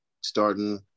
starting